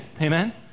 Amen